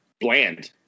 bland